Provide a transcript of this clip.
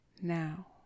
now